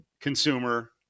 consumer